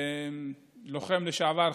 לוחם לשעבר,